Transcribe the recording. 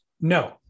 No